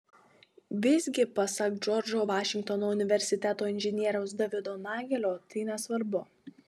visgi pasak džordžo vašingtono universiteto inžinieriaus davido nagelio tai nesvarbu